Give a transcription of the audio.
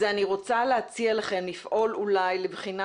אני רוצה להציע לכם לפעול אולי לבחינה